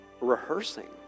rehearsing